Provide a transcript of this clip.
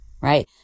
right